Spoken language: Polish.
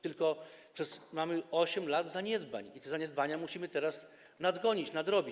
Tylko że mamy 8 lat zaniedbań i te zaniedbania musimy teraz nadrobić.